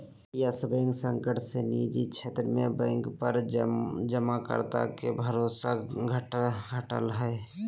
yes Bank संकट से निजी क्षेत्र के बैंक पर जमाकर्ता के भरोसा घटलय